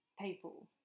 people